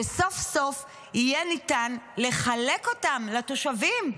שסוף-סוף יהיה ניתן לחלק אותם לתושבים.